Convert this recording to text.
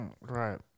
Right